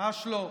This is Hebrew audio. ממש לא.